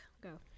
go